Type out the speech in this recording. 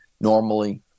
normally